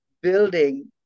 building